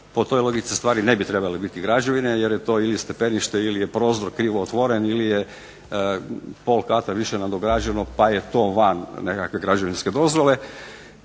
po toj logici stvari ne bi trebale biti građevine jer je to ili stepenište ili je prozor krivo otvoren ili je pol kata više nadograđeno pa je to van nekakve građevinske dozvole.